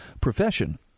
profession